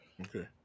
Okay